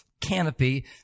canopy